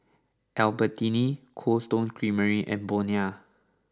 Albertini Cold Stone Creamery and Bonia